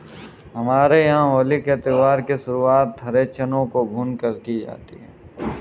हमारे यहां होली के त्यौहार की शुरुआत हरे चनों को भूनकर की जाती है